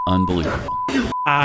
Unbelievable